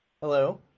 Hello